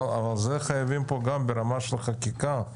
חייבים פה גם ברמה של חקיקה,